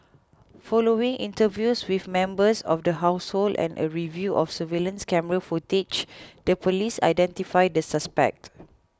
following interviews with members of the household and a review of surveillance camera footage the police identified the suspect